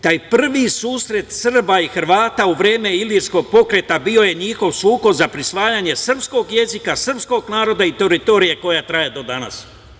Taj prvi susret Srba i Hrvata u vreme Ilirskog pokreta bio je njihov sukob za prisvajanje srpskog jezika, srpskog naroda i teritorije koja traje do danas.